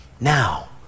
now